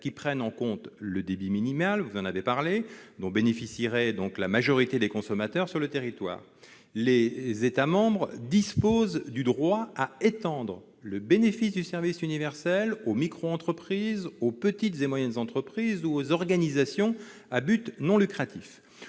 qui prend en compte le débit minimal, dont bénéficierait la majorité des consommateurs sur le territoire. Les États membres disposent du droit d'étendre le bénéfice du service universel aux microentreprises, aux petites et moyennes entreprises ou aux organisations à but non lucratif.